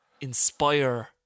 inspire